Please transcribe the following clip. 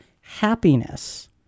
happiness